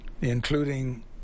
including